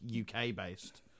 UK-based